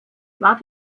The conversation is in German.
war